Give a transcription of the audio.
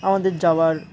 আমাদের যাওয়ার